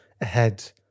ahead